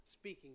speaking